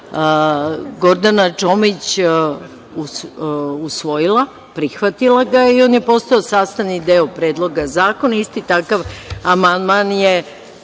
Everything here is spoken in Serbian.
Gordana Čomić usvojila, prihvatila ga je i on je postao sastavni deo Predloga zakona i isti takav amandman je